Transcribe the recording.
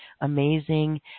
amazing